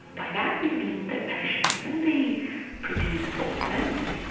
by that we mean that patients when they produce false memories,